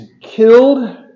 killed